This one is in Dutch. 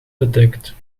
bedekt